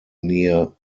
near